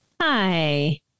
Hi